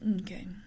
Okay